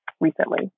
recently